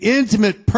intimate